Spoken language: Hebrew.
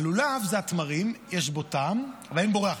הלולב זה התמרים, יש בו טעם אבל אין בו ריח.